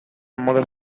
modaz